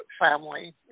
family